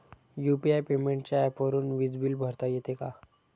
UPI पेमेंटच्या ऍपवरुन वीज बिल भरता येते का?